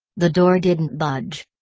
the door didn't budge.